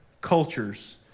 cultures